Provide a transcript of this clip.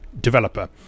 developer